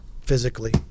physically